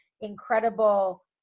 incredible